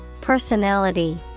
Personality